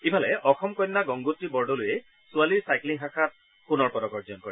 ইফালে অসম কন্যা গংগোত্ৰী বৰদলৈয়ে ছোৱালীৰ চাইক্লিং শাখাত সোণৰ পদক অৰ্জন কৰে